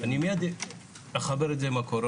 אני מיד אחבר את זה עם הקורונה.